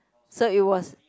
so it was